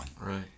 Right